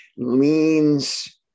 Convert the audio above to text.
Leans